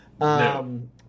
No